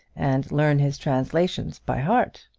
and learn his translations by heart.